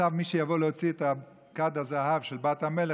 עכשיו מי שיבוא להוציא את כד הזהב של בת המלך,